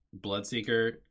Bloodseeker